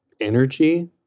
energy